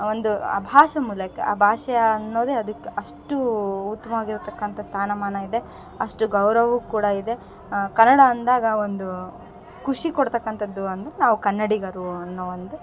ಆ ಒಂದು ಭಾಷೆ ಮೂಲಕ ಆ ಭಾಷೆ ಅನ್ನೋದೇ ಅದಕ್ಕೆ ಅಷ್ಟೂ ಉತ್ತಮವಾಗಿರ್ತಕ್ಕಂಥ ಸ್ಥಾನ ಮಾನ ಇದೆ ಅಷ್ಟು ಗೌರವವೂ ಕೂಡ ಇದೆ ಕನ್ನಡ ಅಂದಾಗ ಒಂದು ಖುಷಿ ಕೊಡ್ತಕ್ಕಂಥದ್ದು ಅನ್ನು ನಾವು ಕನ್ನಡಿಗರು ಅನ್ನೊ ಒಂದ್